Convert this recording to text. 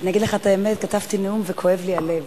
אני אגיד לך את האמת: כתבתי נאום וכואב לי הלב.